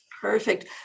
Perfect